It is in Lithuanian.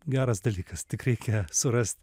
geras dalykas tik reikia surast